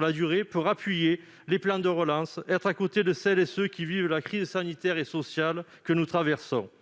la durée pour appuyer les plans de relance et pour être aux côtés de celles et de ceux qui vivent la crise sanitaire et sociale que nous traversons.